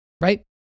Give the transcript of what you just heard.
Right